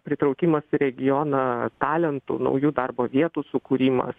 pritraukimas į regioną talentų naujų darbo vietų sukūrimas